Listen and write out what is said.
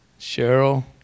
Cheryl